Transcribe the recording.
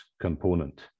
component